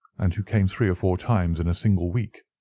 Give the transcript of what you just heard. and who came three or four times in a single week.